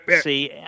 See